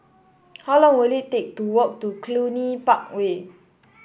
how long will it take to walk to Cluny Park Way